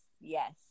yes